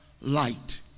light